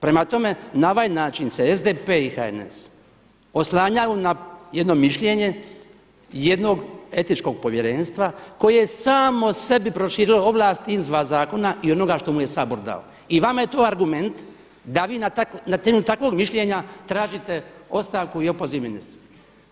Prema tome, na ovaj način se SDP i HNS oslanjaju na jedno mišljenje jednog etičkog povjerenstva koje je samo sebi proširilo ovlast iz dva zakona i onoga što mu je Sabor dao, i vama je to argument da vi na temelju takvog mišljenja tražite ostavku i opoziv ministra.